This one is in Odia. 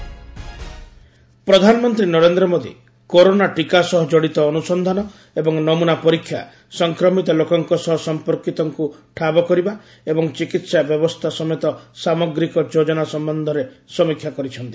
ପିଏମ କୋଭିଡ ସମୀକ୍ଷା ପ୍ରଧାନମନ୍ତ୍ରୀ ନରେନ୍ଦ୍ର ମୋଦୀ କରୋନା ଟିକା ସହ ଜଡିତ ଅନୁସନ୍ଧାନ ଏବଂ ନମୁନା ପରୀକ୍ଷା ସଂକ୍ରମିତ ଲୋକଙ୍କ ସହ ସମ୍ପର୍କିତଙ୍କୁ ଠାବ କରିବା ଏବଂ ଚିକିତ୍ସା ବ୍ୟବସ୍ଥା ସମେତ ସାମଗ୍ରିକ ଯୋଜନା ସମ୍ବନ୍ଧରେ ସମୀକ୍ଷା କରିଛନ୍ତି